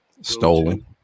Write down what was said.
Stolen